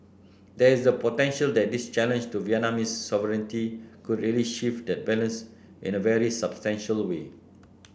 there is the potential that this challenge to Vietnamese sovereignty could really shift that balance in a very substantial way